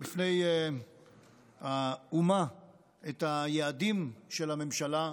בפני האומה את היעדים של הממשלה,